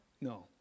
No